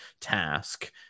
task